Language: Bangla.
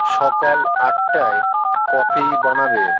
সকাল আটটায় কফি বানাবে